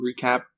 recap